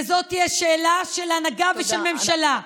וזו שאלה של הנהגה ושל ממשלה.